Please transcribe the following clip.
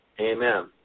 amen